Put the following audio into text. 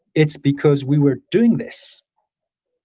it's because we were doing this.